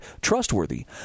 trustworthy